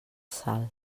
sal